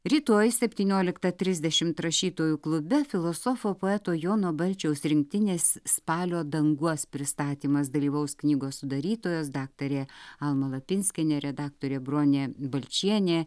rytoj septynioliktą trisdešimt rašytojų klube filosofo poeto jono balčiaus rinktinės spalio danguos pristatymas dalyvaus knygos sudarytojos daktarė alma lapinskienė redaktorė bronė balčienė